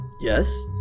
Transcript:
Yes